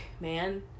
man